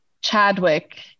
chadwick